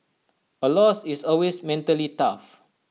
A loss is always mentally tough